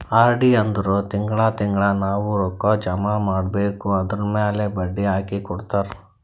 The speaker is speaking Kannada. ಆರ್.ಡಿ ಅಂದುರ್ ತಿಂಗಳಾ ತಿಂಗಳಾ ನಾವ್ ರೊಕ್ಕಾ ಜಮಾ ಮಾಡ್ಬೇಕ್ ಅದುರ್ಮ್ಯಾಲ್ ಬಡ್ಡಿ ಹಾಕಿ ಕೊಡ್ತಾರ್